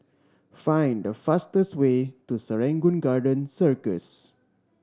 find the fastest way to Serangoon Garden Circus